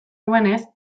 duenez